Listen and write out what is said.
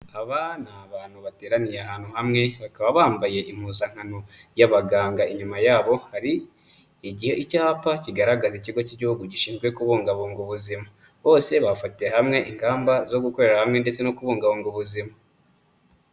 Aba ni abantu bateraniye ahantu hamwe bakaba bambaye impuzankano y'abaganga, inyuma yabo hari icyapa kigaragaza Ikigo cy'Igihugu gishinzwe kubungabunga ubuzima, bose bafatiye hamwe ingamba zo gukorera hamwe ndetse no kubungabunga ubuzima.